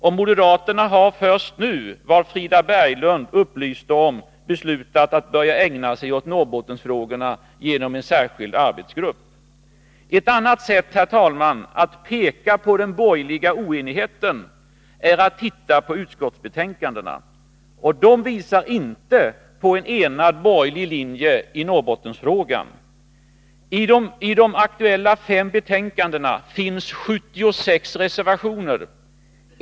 Och moderaterna har först nu, vilket Frida Berglund upplyste om, beslutat att börja ägna sig åt Norrbottensfrågorna genom att tillsätta en särskild arbetsgrupp. Herr talman! Ett annat sätt att peka på den borgerliga oenigheten är att titta på utskottsbetänkandena. De visar inte på en enad borgerlig linje i Norrbottensfrågan. I de 5 aktuella betänkandena finns 76 reservationer.